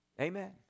Amen